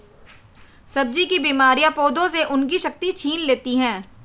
सब्जी की बीमारियां पौधों से उनकी शक्ति छीन लेती हैं